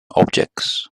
objects